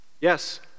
Yes